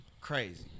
crazy